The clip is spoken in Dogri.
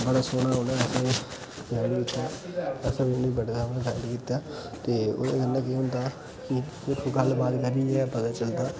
बस फिर उनै असेई असेई उनै बड़ा गाइड कित्ता ते ओहदे कन्ने केह् होंदा की गल्ल बात करिये गे पता चलदा